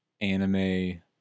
anime